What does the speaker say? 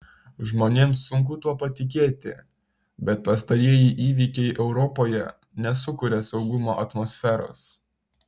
žmonėms sunku tuo patikėti bet pastarieji įvykiai europoje nesukuria saugumo atmosferos